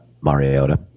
Mariota